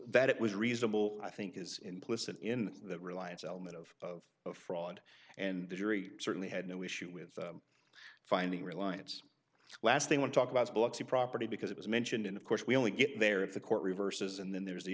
that it was reasonable i think is implicit in that reliance element of a fraud and the jury certainly had no issue with finding reliance lasting one talk about blocks of property because it was mentioned and of course we only get there if the court reverses and then there's the